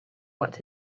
what